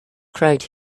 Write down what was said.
crowd